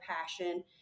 passion